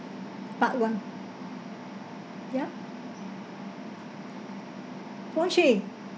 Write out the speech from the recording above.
part one ya pung ching